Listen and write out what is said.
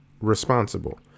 responsible